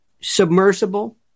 Submersible